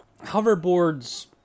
hoverboards